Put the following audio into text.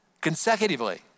consecutively